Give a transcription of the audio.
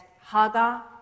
Haga